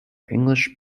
english